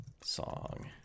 song